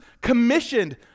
commissioned